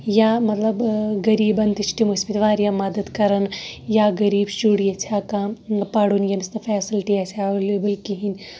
یا مَطلَب غریٖبَن تہِ چھِ تِم ٲسمٕتۍ واریاہ مَدَد کَران یا غریب شُر ییٚژھِ ہا کانٛہہ مَطلَب پَرُن یٔمِس نہٕ فیسَلٹی آسہِ ہا اَیٚولیبٕل کِہیٖنۍ